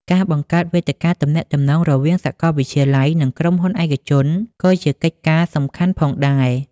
ការបង្កើតវេទិកាទំនាក់ទំនងរវាងសាកលវិទ្យាល័យ និងក្រុមហ៊ុនឯកជន ក៏ជាកិច្ចការសំខាន់ផងដែរ។